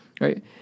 right